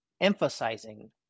emphasizing